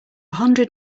hundred